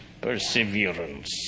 perseverance